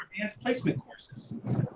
as placement courses.